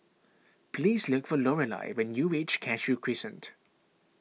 please look for Lorelai when you reach Cashew Crescent